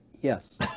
Yes